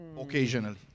Occasionally